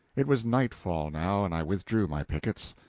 it was nightfall now, and i withdrew my pickets.